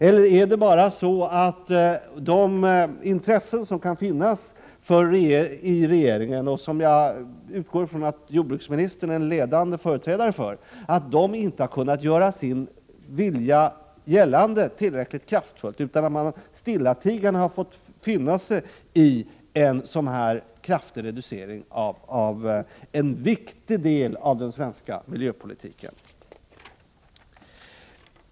Eller har vissa intressen som finns i regeringen, och som jag utgår från att jordbruksministern är den ledande företrädaren för, inte kunnat hävdas tillräckligt kraftfullt, varför man stillatigande har fått finna sig i en sådan här kraftig reducering av en viktig del av den svenska miljöpolitiken?